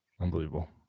Unbelievable